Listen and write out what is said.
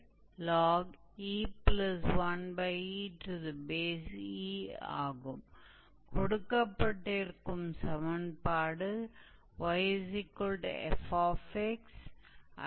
और वहां से आपको उन बिंदुओं का पता लगाना होगा जहां आपको लंबाई की गणना करना है